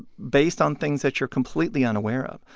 based on things that you're completely unaware of.